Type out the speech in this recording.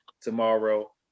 tomorrow